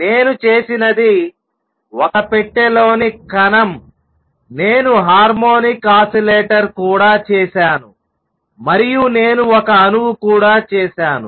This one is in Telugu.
నేను చేసినది ఒక పెట్టెలోని కణంనేను హార్మోనిక్ ఆసిలేటర్ కూడా చేసాను మరియు నేను ఒక అణువు కూడా చేసాను